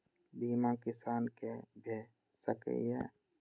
बीमा किसान कै भ सके ये?